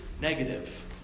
negative